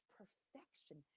perfection